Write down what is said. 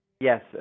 Yes